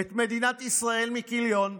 את מדינת ישראל מכיליון,